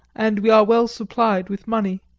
and we are well supplied with money.